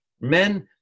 Men